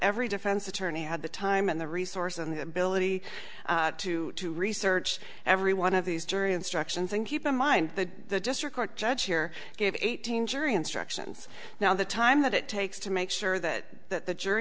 every defense attorney had the time and the resource and the ability to do research every one of these jury instructions and keep in mind the district court judge here gave eighteen jury instructions now the time that it takes to make sure that